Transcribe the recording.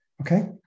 Okay